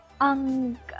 ang